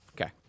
Okay